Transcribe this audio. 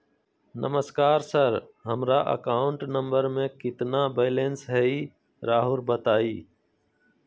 नमस्कार सर हमरा account number में कितना बैलेंस हेई राहुर बताई?